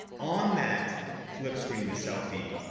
on that flip screen to selfie,